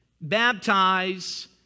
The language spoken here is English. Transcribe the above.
baptize